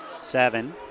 Seven